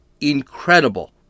incredible